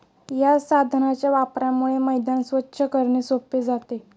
या साधनाच्या वापरामुळे मैदान स्वच्छ करणे सोपे जाते